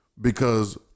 because-